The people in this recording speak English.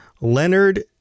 Leonard